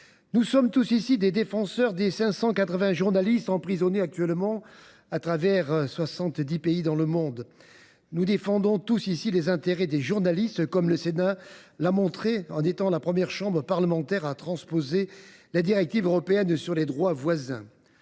Nous sommes tous, ici, des défenseurs des 580 journalistes emprisonnés actuellement dans 70 pays à travers le monde. Nous défendons tous, ici, les intérêts des journalistes, comme le Sénat l’a montré en étant la première chambre parlementaire à transposer la directive européenne du 17 avril